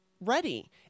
ready